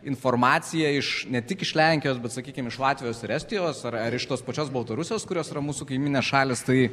informaciją iš ne tik iš lenkijos bet sakykim iš latvijos ir estijos ar ar iš tos pačios baltarusijos kurios yra mūsų kaimynės šalys tai